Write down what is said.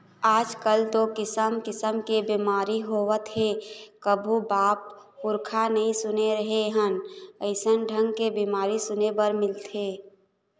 आजकल तो किसम किसम के बेमारी होवत हे कभू बाप पुरूखा नई सुने रहें हन अइसन ढंग के बीमारी सुने बर मिलथे